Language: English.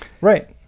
Right